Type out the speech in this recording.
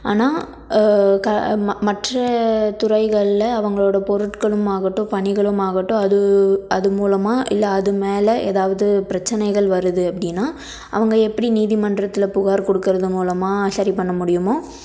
ஆனால் மற்ற துறைகளில் அவர்களோட பொருட்களும் ஆகட்டும் பணிகளும் ஆகட்டும் அது அது மூலமாக இல்லை அது மேலே ஏதாவது பிரச்சினைகள் வருது அப்படின்னா அவங்க எப்படி நீதிமன்றத்தில் புகார் கொடுக்கறது மூலமாக சரி பண்ண முடியுமோ